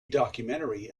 documentary